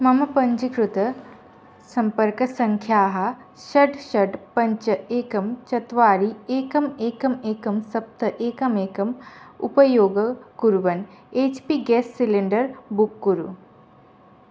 मम पञ्जीकृतसम्पर्कसङ्ख्याः षड् षड् पञ्च एकं चत्वारि एकम् एकम् एकं सप्त एकमेकम् उपयोगं कुर्वन् H P gas cylinder book कुरु